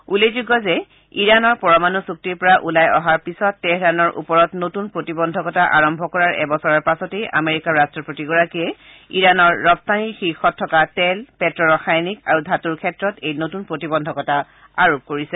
উল্লেখযোগ্য যে ইৰানৰ পৰমাণু চুক্তিৰ পৰা ওলাই অহাৰ পিছত তেহৰানৰ ওপৰত নতুন প্ৰতিবন্ধকতা আৰোপ আৰম্ভ কৰাৰ এবছৰৰ পাছতেই আমেৰিকাৰ ৰাষ্টপতিগৰাকীয়ে ইৰানৰ ৰপ্তানিৰ শীৰ্ষত থকা তেল পেট্ট ৰাসায়নিক আৰু ধাতুৰ ক্ষেত্ৰত এই নতুন প্ৰতিবন্ধকতা আৰোপ কৰিছে